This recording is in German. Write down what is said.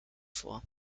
vor